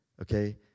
okay